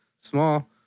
small